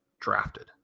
drafted